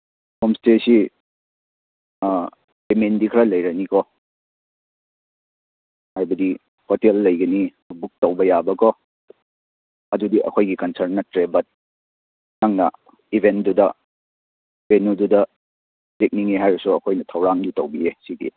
home ꯏꯁꯇꯦꯁꯤ ꯄꯦꯃꯦꯟꯗꯤ ꯈꯔ ꯂꯩꯔꯅꯤꯀꯣ ꯍꯥꯏꯕꯗꯤ ꯍꯣꯇꯦꯜ ꯂꯩꯒꯅꯤ ꯕꯨꯛ ꯇꯧꯕ ꯌꯥꯕꯀꯣ ꯑꯗꯨꯗꯤ ꯑꯩꯈꯣꯏꯒꯤ ꯀꯟꯁꯔꯟ ꯅꯠꯇ꯭ꯔꯦꯕ ꯅꯪꯅ ꯏꯚꯦꯟꯗꯨꯗ ꯀꯩꯅꯣꯗꯨꯗ ꯂꯦꯛꯅꯤꯡꯉꯦ ꯍꯥꯏꯔꯁꯨ ꯑꯩꯈꯣꯏꯅ ꯊꯧꯔꯥꯡꯒꯤ ꯇꯧꯕꯤꯌꯦ ꯁꯤꯒꯤ